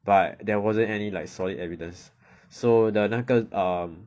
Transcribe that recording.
but there wasn't any like solid evidence so the 那个 um